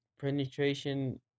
Penetration